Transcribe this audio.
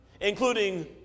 including